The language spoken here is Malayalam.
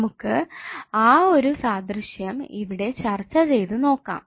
നമുക്ക് ആ ഒരു സാദൃശ്യം ഇവിടെ ചർച്ച ചെയ്തു നോക്കാം